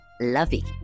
lovey